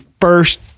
first